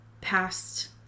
past